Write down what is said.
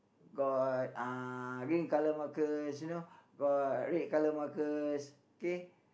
got uh green color markers you know got red color markers okay